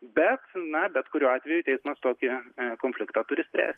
bet na bet kuriuo atveju teismas tokį konfliktą turi spręsti